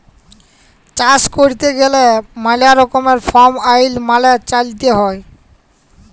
চাষ ক্যইরতে গ্যালে ম্যালা রকমের ফার্ম আইল মালে চ্যইলতে হ্যয়